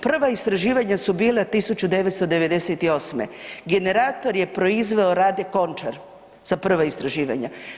Prva istraživanja su bila 1998., generator je proizveo Rade Končar, za prva istraživanja.